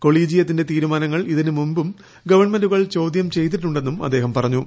കോളീജിയത്തിന്റെ തീരുമാനങ്ങൾ ഇതിന് മുമ്പും ഗവൺമെന്റുകൾ ചോദ്യം ചെയ്തിട്ടുണ്ടെന്നും അദ്ദേഹം പറഞ്ഞു